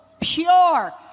pure